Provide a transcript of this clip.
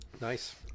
nice